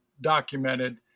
documented